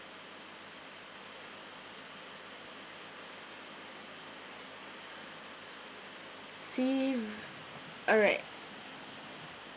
sea alright